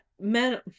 men